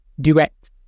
Duet